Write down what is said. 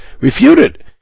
refuted